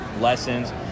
lessons